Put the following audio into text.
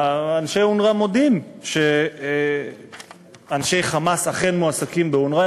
אנשי אונר"א מודים שאנשי "חמאס" אכן מועסקים באונר"א,